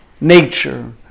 nature